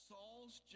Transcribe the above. Saul's